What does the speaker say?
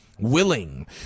willing